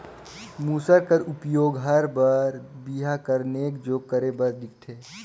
मूसर कर उपियोग हर बर बिहा कर नेग जोग करे बर दिखथे